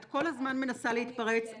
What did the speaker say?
את כל הזמן מנסה להתפרץ.